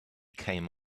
came